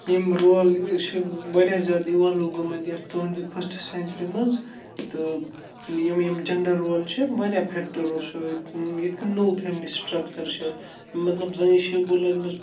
یِم رول یہِ چھِ واریاہ زیادٕ اِوالو گٔمٕتۍ یَتھ ٹُوَنٹی فٔسٹ سٮ۪نچری منٛز تہٕ یِم یِم جَنڈَر رول چھِ واریاہ فیٚکٹَرو سۭتۍ یِتھ کٔنۍ نو فیملی سٹرٛکچَر چھِ مطلب زٔنۍ چھِ